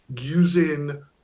using